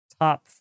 top